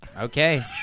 Okay